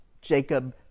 Jacob